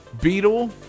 Beetle